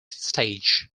stage